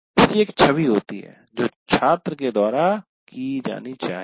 इसकी एक छवि होती है जो छात्र के द्वारा की जाना चाहिए